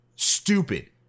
Stupid